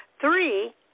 Three